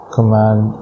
Command